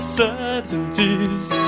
certainties